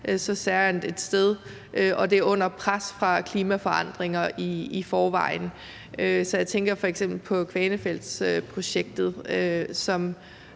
så særegent et sted og er under pres fra klimaforandringer i forvejen. Jeg tænker f.eks. på Kvanefjeldsprojektet, hvor